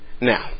Now